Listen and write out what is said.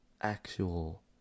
actual